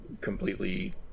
completely